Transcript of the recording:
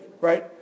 right